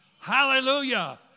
Hallelujah